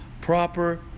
proper